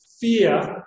Fear